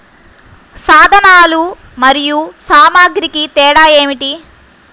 సాధనాలు మరియు సామాగ్రికి తేడా ఏమిటి?